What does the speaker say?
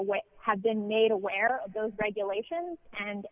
aware had been made aware of those regulations and